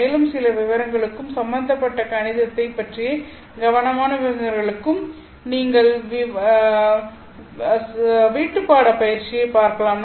மேலும் சில விவரங்களுக்கும் சம்மந்தப்பட்ட கணிதத்தைப் பற்றிய கவனமாக விவரங்களுக்கும் நீங்கள் வீட்டுப்பாட பயிற்சியை பார்க்கலாம்